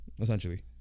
essentially